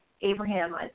Abraham